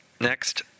Next